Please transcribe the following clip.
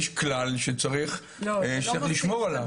יש כלל שצריך לשמור עליו.